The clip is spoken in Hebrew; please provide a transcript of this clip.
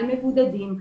על מבודדים,